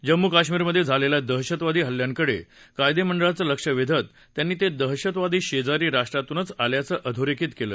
जम्मू कश्मीरमध्ये झालेल्या दहशतवादी हल्ल्यांकडे कायदेमंडळाचं लक्ष वेधत त्यांनी ते दहशतवादी शेजारी राष्ट्रातूनच आल्याचं अधोरेखित केलं